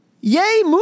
yay